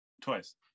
Twice